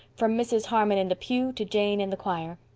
from mrs. harmon in the pew to jane in the choir.